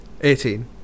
Eighteen